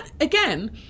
again